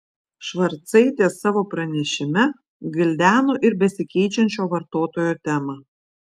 švarcaitė savo pranešime gvildeno ir besikeičiančio vartotojo temą